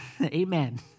amen